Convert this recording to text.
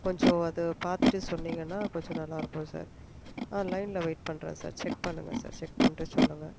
கொஞ்சம் அது பார்த்துட்டு சொன்னிங்கன்னால் கொஞ்சம் நல்லாருக்கும் சார் ஆ லைன்ல வெயிட் பண்ணுறேன் சார் செக் பண்ணுங்கள் சார் செக் பண்ணிட்டு சொல்லுங்கள்